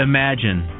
Imagine